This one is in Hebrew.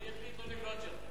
מי החליט לא לבנות שם?